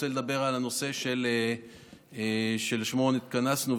אני רוצה לדבר על הנושא שלשמו התכנסנו,